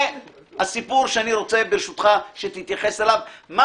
זה הסיפור שאני רוצה שתתייחס אליו מה